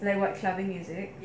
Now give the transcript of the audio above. like what clubbing music